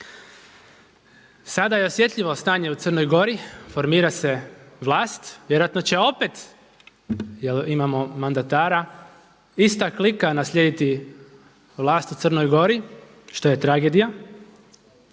sada je osjetljivo stanje u Crnoj Gori, formira se vlast, vjerojatno će opet, jer imamo mandatara ista klika naslijediti vlast u Crnoj Gori što je tragedija.